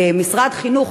למשרד חינוך,